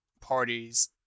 parties